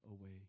away